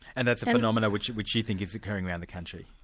and that's a phenomenon which which you think is occurring around the country?